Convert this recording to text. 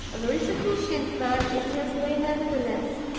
a very sufficient man, in his way, nevertheless.